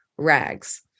rags